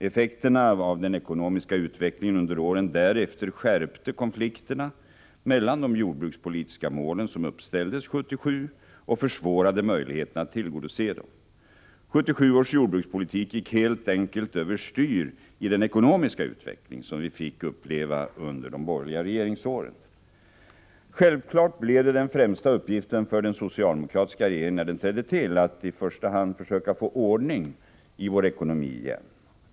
Effekterna av den ekonomiska utvecklingen under åren därefter skärpte konflikterna med de jordbrukspolitiska mål som uppställdes år 1977 och försvårade möjligheterna att tillgodose dem. 1977 års jordbrukspolitik gick helt enkelt över styr i den ekonomiska utveckling som vi fick uppleva under de borgerliga regeringsåren. Självfallet blev det den främsta uppgiften för den socialdemokratiska regeringen, när den trädde till, att försöka få ordning på vår ekonomi igen.